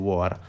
War